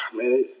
man